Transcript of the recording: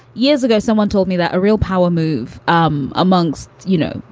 years ago someone told me that a real power move um amongst, you know,